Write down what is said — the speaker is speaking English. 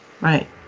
Right